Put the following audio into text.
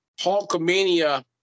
Hulkamania